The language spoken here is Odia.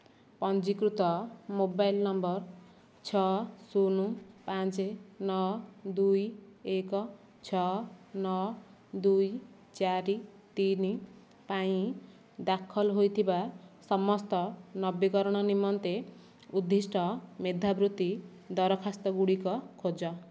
ପଞ୍ଜୀକୃତ ମୋବାଇଲ ନମ୍ବର ଛଅ ଶୂନ୍ ପାଞ୍ଚ ନଅ ଦୁଇ ଏକ ଛଅ ନଅ ଦୁଇ ଚାରି ତିନି ପାଇଁ ଦାଖଲ ହୋଇଥିବା ସମସ୍ତ ନବୀକରଣ ନିମନ୍ତେ ଉଦ୍ଦିଷ୍ଟ ମେଧାବୃତ୍ତି ଦରଖାସ୍ତଗୁଡ଼ିକ ଖୋଜ